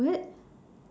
what